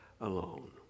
alone